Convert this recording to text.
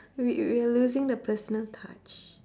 we we're losing the personal touch